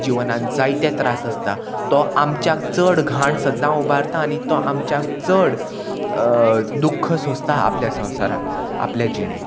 जिवनान जायते त्रास आसता तो आमच्याक चड घाण सद्दां उबारता आनी तो आमच्याक चड दुख्ख सोंसता आपल्या संवसारांत आपल्या जिणेंत